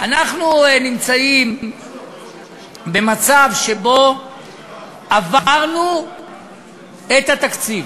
אנחנו נמצאים במצב שבו עברנו את התקציב,